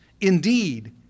Indeed